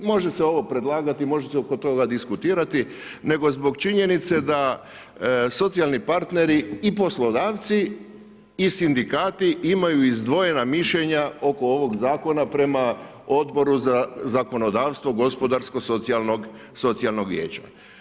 Može se ovo predlagati, može se oko toga diskutirati, nego zbog činjenice da socijalni partneri i poslodavci i sindikati imaju izdvojena mišljenja oko ovog zakona prema Odboru za zakonodavstvo gospodarsko-socijalnog vijeća.